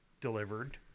delivered –